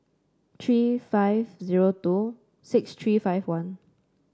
three five zero two six three five one